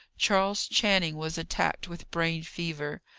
charles channing was attacked with brain fever.